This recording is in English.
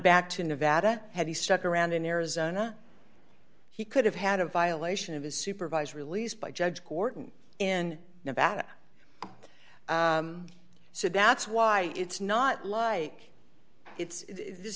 back to nevada had he stuck around in arizona he could have had a violation of a supervised release by judge korten in nevada so that's why it's not like it's this